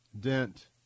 dent